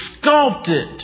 sculpted